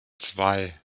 zwei